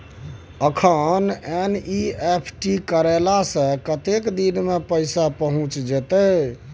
अखन एन.ई.एफ.टी करला से कतेक दिन में पैसा पहुँच जेतै?